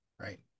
right